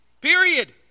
Period